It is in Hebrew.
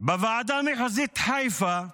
בוועדה המחוזית חיפה,